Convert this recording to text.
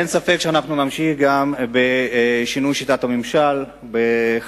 אין ספק שאנחנו נמשיך גם בשינוי שיטת הממשל בחקיקה.